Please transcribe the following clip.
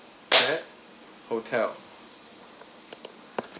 clap hotel